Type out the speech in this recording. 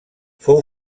fou